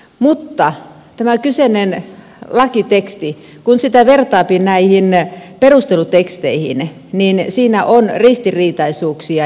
mutta tähän kyseiseen lakitekstiin kun sitä vertaa näihin perusteluteksteihin on ristiriitaisuuksia jäänyt